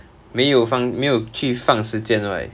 没有放没有去放时间 right